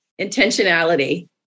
Intentionality